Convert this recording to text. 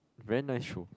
very nice show